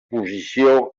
posició